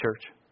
church